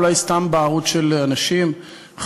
אולי זו סתם בערות של אנשים חשוכים.